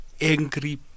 angry